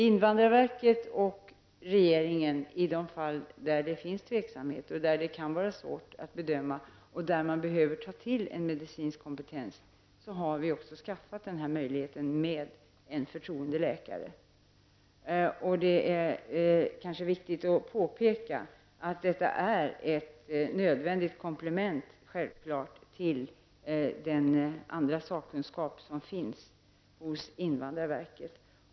Invandrarverket och regeringen har i de fall där det finns tveksamheter, där det kan vara svårt att bedöma och där man behöver ta till en medicinsk kompetens också skaffat sig denna möjlighet med en förtroendeläkare. Det är kanske viktigt att påpeka att detta självklart är ett nödvändigt komplement till den andra sakkunskap som finns hos invandrarverket.